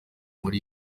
muri